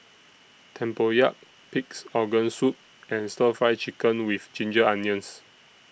Tempoyak Pig'S Organ Soup and Stir Fry Chicken with Ginger Onions